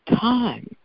time